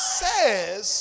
says